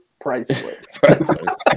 priceless